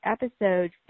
episode